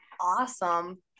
awesome